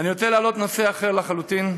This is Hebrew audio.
אני רוצה להעלות נושא אחר לחלוטין.